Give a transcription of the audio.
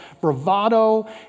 bravado